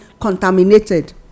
contaminated